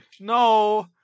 no